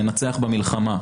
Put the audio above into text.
לנצח במלחמה,